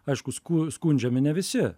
aišku sku skundžiami ne visi